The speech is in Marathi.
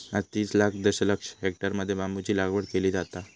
आज तीस लाख दशलक्ष हेक्टरमध्ये बांबूची लागवड केली जाता